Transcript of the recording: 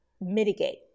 mitigate